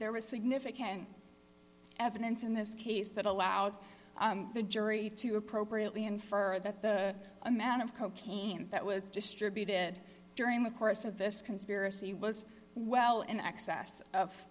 there was significant evidence in this case that allowed the jury to appropriately infer that the amount of cocaine that was distributed during the course of this conspiracy was well in excess of